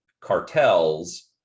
cartels